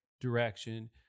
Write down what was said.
direction